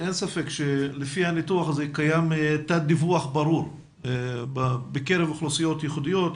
אין ספק שלפי הניתוח הזה קיים תת-דיווח ברור בקרב אוכלוסיות ייחודיות,